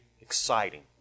exciting